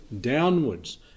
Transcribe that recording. downwards